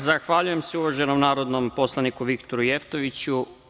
Zahvaljujem se uvaženom narodnom poslaniku Viktoru Jevtoviću.